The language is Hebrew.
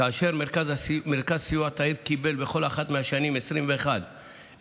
ומרכז הסיוע תאיר קיבל בכל אחת מהשנים 2021 ו-2022